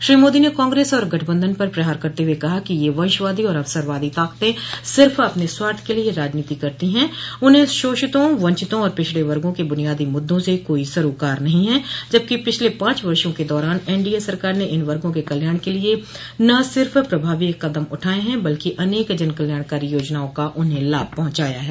श्री मोदी ने कांग्रेस और गठबंधन पर प्रहार करते कहा कि यह वंशवादी और अवसरवादी ताकतें सिर्फ अपने स्वार्थ के लिये राजनीति करती है उन्हें शोषितों वंचितो और पिछड़े वर्गो के बुनियादी मुद्दों से कोई सरोकार नहीं है जबकि पिछले पांच वर्षो के दौरान एनडीए सरकार ने इन वर्गो के कल्याण क लिये न सिर्फ प्रभावी कदम उठाये हैं बल्कि अनेक जन कल्याणकारी योजनाओं का उन्हें लाभ पहुंचाया है